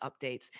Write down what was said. updates